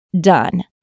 done